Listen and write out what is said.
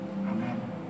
amen